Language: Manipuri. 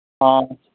ꯑꯥ